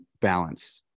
balance